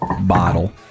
bottle